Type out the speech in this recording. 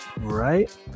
right